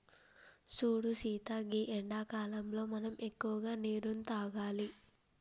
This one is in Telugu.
సూడు సీత గీ ఎండాకాలంలో మనం ఎక్కువగా నీరును తాగాలి